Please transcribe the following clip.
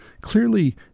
clearly